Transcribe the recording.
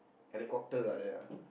helicopter like that ah